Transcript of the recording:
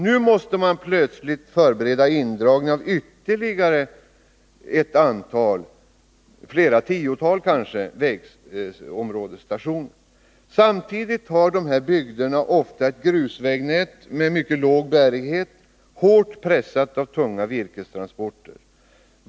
Nu måste man plötsligt förbereda indragning av ytterligare ett antal, kanske tiotals, vägområdesstationer. Samtidigt har bygderna ofta ett grusvägsnät med mycket låg bärighet, hårt pressat av tunga virkestransporter.